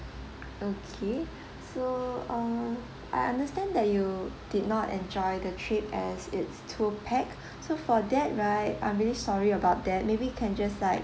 okay so err I understand that you did not enjoy the trip as it's too packed so for that right I'm really sorry about that maybe can just like